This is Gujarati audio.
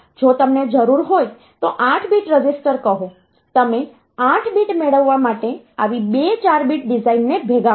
જો તમને જરૂર હોય તો 8 બીટ રજીસ્ટર કહો તમે 8 બીટ મેળવવા માટે આવી બે 4 બીટ ડીઝાઈનને ભેગા કરો